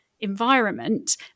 environment